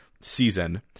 season